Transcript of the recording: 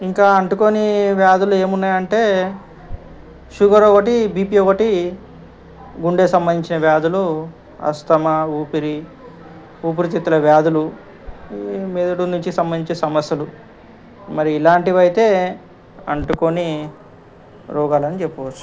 ఇంకా అంటుకోని వ్యాధులు ఏమి ఉన్నాయి అంటే షుగర్ ఒకటి బీ పీ ఒకటి గుండె సంబంధించిన వ్యాధులు ఆస్తమా ఊపిరి ఊపిరితిత్తుల వ్యాధులు ఈ మెదడు నుంచి సంబధించే సమస్యలు మరి ఇలాంటివి అయితే అంటుకోని రోగాలని చెప్పవచ్చు